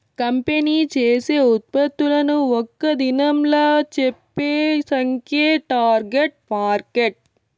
company చేసే ఉత్పత్తులను ఒక్క దినంలా చెప్పే సంఖ్యే టార్గెట్ మార్కెట్